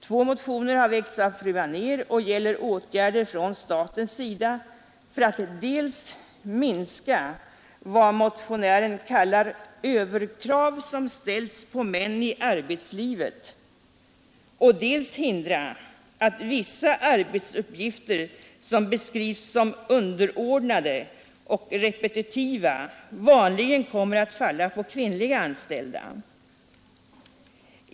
Två motioner har väckts av fru Anér och gäller åtgärder från statens sida för att dels minska vad motionären kallar överkrav som ställs på män i arbetslivet, dels hindra att vissa arbetsuppgifter som beskrivs som underordnade och repetetiva vanligen kommer att falla på kvinnliga anställda.